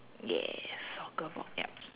yes I'll go for app